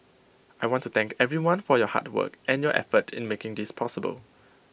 I want to thank everyone for your hard work and your effort in making this possible